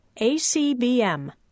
ACBM